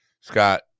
Scott